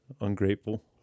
Ungrateful